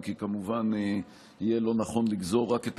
אם כי כמובן יהיה לא נכון לגזור רק את